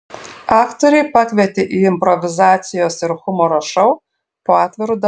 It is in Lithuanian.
aktoriai pakvietė į improvizacijos ir humoro šou po atviru dangumi